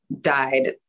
died